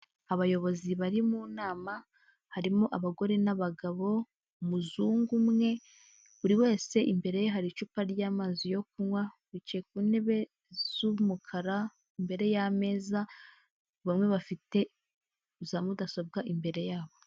Abayobozi bari mu nama, harimo abagore n'abagabo, umuzungu umwe, buri wese imbere ye hari icupa ry'amazi yo kunywa, bicaye ku ntebe z'umukara imbere y'ameza, bamwe bafite za mudasobwa imbere yabo.